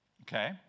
Okay